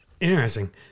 Interesting